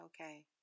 okay